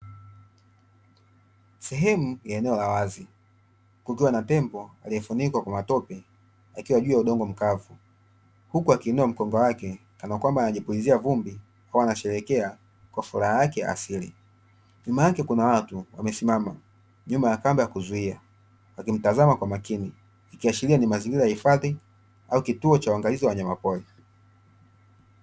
Sehemu ya eneo la wazi, kukiwa na tembo aliyefunikwa kwa matope, akiwa juu ya udongo mkavu, huku akiinua mkonga wake, kana kwamba anajipulizia vumbi, kuwa anasherehekea kwa furaha yake ya asili. nyuma yake, kuna watu wamesimama nyuma ya kamba, kuzuia, wakimtazama kwa makini. Ikashaulia ni mazingira ya hifadhi au kituo cha uangalizi wa wanyama pori.